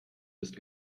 ist